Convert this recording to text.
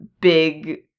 big